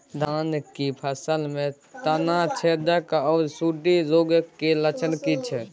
धान की फसल में तना छेदक आर सुंडी रोग के लक्षण की छै?